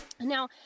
Now